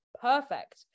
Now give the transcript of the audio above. perfect